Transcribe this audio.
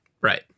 right